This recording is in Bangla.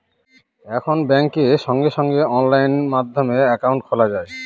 এখন ব্যাঙ্কে সঙ্গে সঙ্গে অনলাইন মাধ্যমে একাউন্ট খোলা যায়